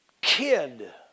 kid